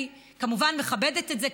אני כמובן מכבדת את זה,